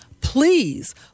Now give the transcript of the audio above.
please